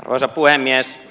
arvoisa puhemies